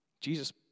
Jesus